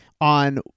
on